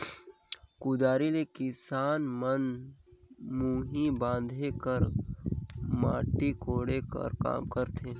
कुदारी ले किसान मन मुही बांधे कर, माटी कोड़े कर काम करथे